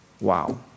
Wow